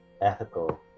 ethical